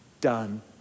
done